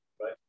Right